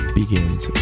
begins